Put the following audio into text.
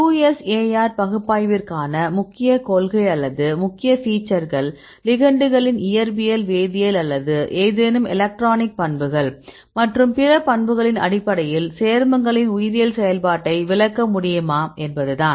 QSAR பகுப்பாய்விற்கான முக்கிய கொள்கை அல்லது முக்கிய ஃபீச்சர்கள் லிகெண்டுகளின் இயற்பியல்வேதியியல் அல்லது ஏதேனும் எலக்ட்ரானிக் பண்புகள் மற்றும் பிற பண்புகளின் அடிப்படையில் சேர்மங்களின் உயிரியல் செயல்பாட்டை விளக்க முடியுமா என்பதுதான்